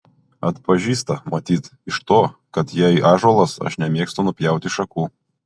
atpažįsta matyt iš to kad jei ąžuolas aš nemėgstu nupjauti šakų